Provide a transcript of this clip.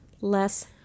less